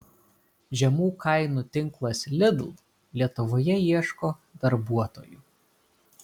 žemų kainų tinklas lidl lietuvoje ieško darbuotojų